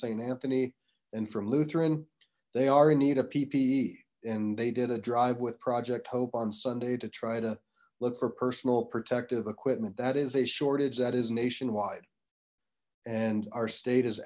saint anthony and from lutheran they are need a ppe and they did a drive with project hope on sunday to try to look for personal protective equipment that is a shortage that is nationwide and our state is